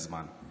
מה לעשות?